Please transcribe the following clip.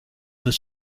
this